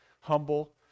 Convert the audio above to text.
humble